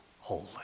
holy